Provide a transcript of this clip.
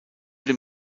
den